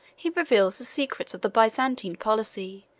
he reveals the secrets of the byzantine policy,